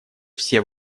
все